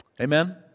Amen